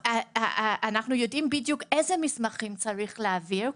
אנחנו יודעים בדיוק אילו מסמכים צריך להעביר,